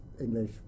English